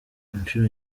inshuro